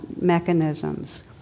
mechanisms